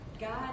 God